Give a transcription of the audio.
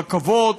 רכבות,